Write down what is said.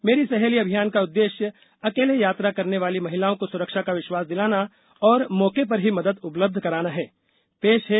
मेरी सहेली अभियान का उद्देश्य अकेले यात्रा करने वाली महिलाओं को सुरक्षा विश्वास दिलाना और मौके पर ही मदद उपलब्ध कराना है